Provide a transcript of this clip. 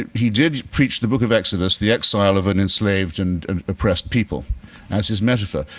he did preach the book of exodus, the exile of an enslaved and and oppressed people as his metaphor.